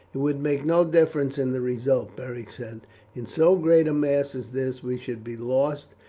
it would make no difference in the result, beric said in so great a mass as this we should be lost,